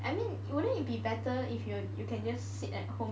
I mean wouldn't it be better if you can just sit at home